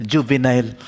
Juvenile